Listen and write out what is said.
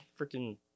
freaking